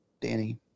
Danny